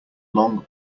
long